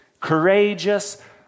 courageous